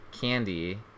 Candy